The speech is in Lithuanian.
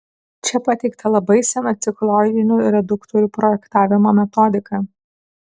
čia pateikta labai sena cikloidinių reduktorių projektavimo metodika